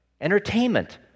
entertainment